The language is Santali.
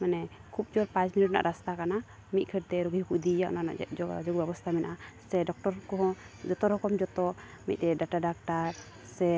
ᱢᱟᱱᱮ ᱠᱷᱩᱵᱽ ᱡᱳᱨ ᱯᱟᱸᱪ ᱢᱤᱱᱤᱴ ᱨᱮᱱᱟᱜ ᱨᱟᱥᱛᱟ ᱠᱟᱱᱟ ᱢᱤᱫ ᱜᱷᱟᱹᱲᱤᱡ ᱛᱮ ᱨᱩᱜᱤ ᱦᱚᱸᱠᱚ ᱤᱫᱤᱭᱟ ᱚᱱᱟ ᱡᱳᱜᱟᱡᱳᱜᱽ ᱵᱮᱵᱚᱥᱛᱷᱟ ᱢᱮᱱᱟᱜᱼᱟ ᱥᱮ ᱰᱚᱠᱴᱚᱨ ᱠᱚ ᱦᱚᱸ ᱡᱚᱛᱚ ᱨᱚᱠᱚᱢ ᱡᱚᱛᱚ ᱢᱤᱫᱴᱮᱡ ᱰᱟᱴᱟ ᱰᱟᱠᱛᱟᱨ ᱥᱮ